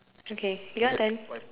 okay your turn